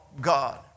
God